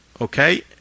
okay